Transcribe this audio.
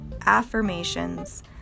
affirmations